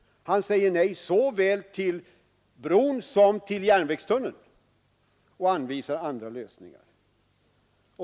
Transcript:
Han säger nej till såväl bron som järnvägstunneln och anvisar andra lösningar.